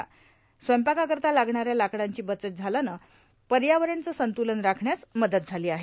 तसंच स्वयंपाकाकरिता लागणाऱ्या लाकडांची बचत झाल्यानं पर्यावरणचे संतुलन राखण्यास मदत झाली आहे